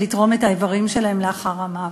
ולתרום את האיברים שלהם לאחר המוות.